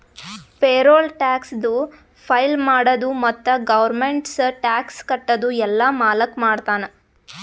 payroll ಟ್ಯಾಕ್ಸದು file ಮಾಡದು ಮತ್ತ ಗೌರ್ಮೆಂಟ್ಗ ಟ್ಯಾಕ್ಸ್ ಕಟ್ಟದು ಎಲ್ಲಾ ಮಾಲಕ್ ಮಾಡ್ತಾನ್